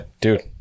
dude